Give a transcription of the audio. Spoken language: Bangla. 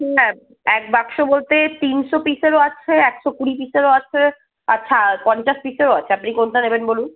হুম এক বাক্স বলতে তিনশো পিসেরও আছে একশো কুড়ি পিসেরও আছে আচ্ছা পঞ্চাশ পিসেও আছে আপনি কোনটা নেবেন বলুন